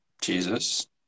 Jesus